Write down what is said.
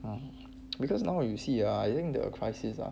um because now you see ah I think the crisis ah